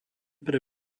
pre